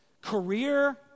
career